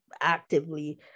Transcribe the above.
actively